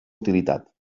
utilitat